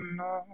no